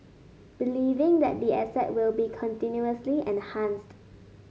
believing that the asset will be continuously enhanced